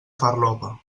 farlopa